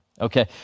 Okay